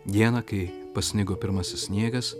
dieną kai pasnigo pirmasis sniegas